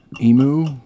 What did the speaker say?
emu